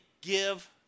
give